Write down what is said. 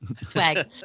swag